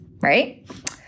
right